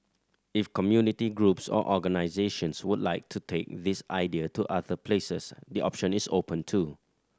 if community groups or organisations would like to take this idea to other places the option is open too